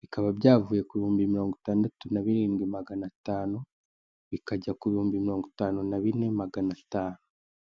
bikaba byavuye kubihumbi mirongo itandatu nabirindwi magana atanu bikajya kubihumbi mirongo itanu nabine magana atanu.